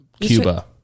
Cuba